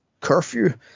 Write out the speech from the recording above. curfew